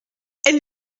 elle